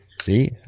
See